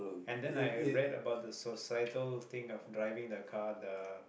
and then I read about the societal thing of driving a car the